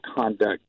conduct